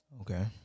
Okay